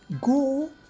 Go